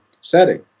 setting